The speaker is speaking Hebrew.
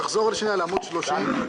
תחזור לעמוד 30,